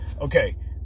Okay